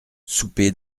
soupé